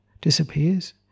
disappears